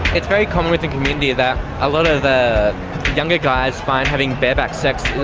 it's very common with the community that a lot of the younger guys find having bareback sex